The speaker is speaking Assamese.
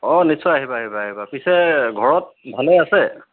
অঁ নিশ্চয় আহিবা আহিবা আহিবা পিছে ঘৰত ভালেই আছে